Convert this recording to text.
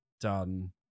done